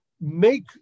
Make